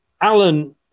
Alan